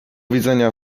widzenia